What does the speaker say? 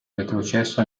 retrocesso